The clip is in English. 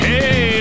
Hey